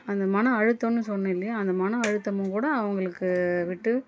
அந்த மன அழுத்தோன்னு சொன்ன இல்லையா அந்த மன அழுத்தமும் கூட அவங்களுக்கு விட்டு